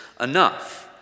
Enough